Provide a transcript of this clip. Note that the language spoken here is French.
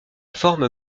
forme